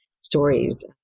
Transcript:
stories